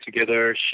together